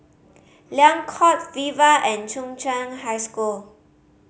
Liang Court Viva and Chung Cheng High School